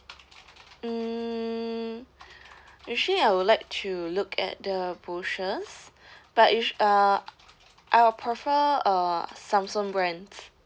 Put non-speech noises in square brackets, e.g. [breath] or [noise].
[noise] mm [breath] usually I would like to look at the brochures [breath] but usua~ uh I'll prefer uh Samsung brands